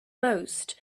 most